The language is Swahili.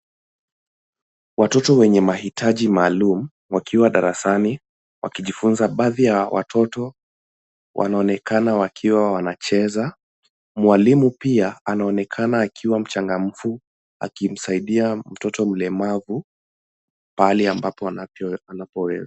Watoto wenye mahitaji maalum wakiwa darasani wakijifunza. Baadhi ya watoto wanonekana wakiwa wanacheza. Mwalimu pia anaonekana akiwa mchangamfu akimsaidia mtoto mlemavu pahali ambapo anapoweza.